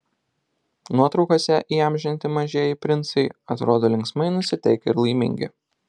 nuotraukose įamžinti mažieji princai atrodo linksmai nusiteikę ir laimingi